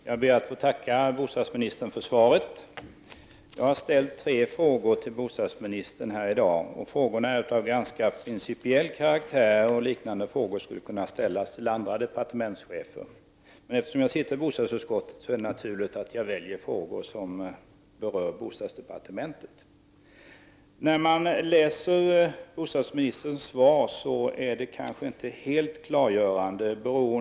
Fru talman! Jag ber att få tacka bostadsministern för svaret. Jag har ställt tre frågor till bostadsministern som jag får svar på i dag, och de är av ganska principiell karaktär. Liknande frågor skulle kunna ställas till andra departementschefer. Eftersom jag ingår i bostadsutskottet är det naturligt att jag väljer frågor som rör bostadsdepartementets verksamhet. Bostadsministerns svar är kanske inte helt klargörande.